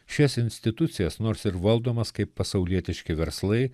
šias institucijas nors ir valdomas kaip pasaulietiški verslai